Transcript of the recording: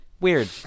Weird